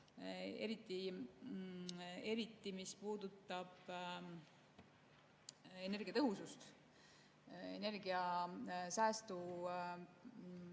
osas, mis puudutab energiatõhusust, energiasäästu